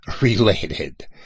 related